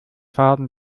faden